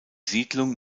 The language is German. siedlung